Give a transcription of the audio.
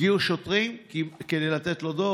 הגיעו שוטרים כדי לתת לו דוח,